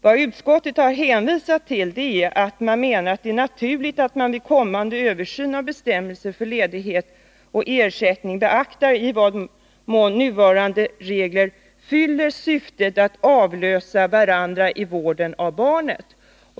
Vad utskottet har hänvisat till är att det är naturligt att man vid kommande översyn av bestämmelserna för ledighet och ersättning beaktar i vad mån nuvarande regler fyller syftet att föräldrarna avlöser varandra i vården av barnet.